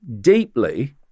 deeply –